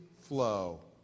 flow